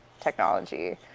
technology